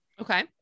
Okay